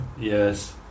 Yes